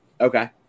okay